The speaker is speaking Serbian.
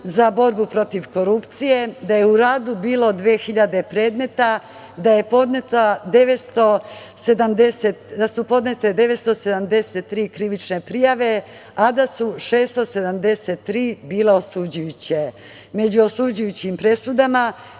za borbu protiv korupcije, da je u radu bilo 2.000 predmeta, da su podnete 973 krivične prijave, a da su 673 bile osuđujuće. Među osuđujućim presudama